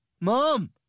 Mom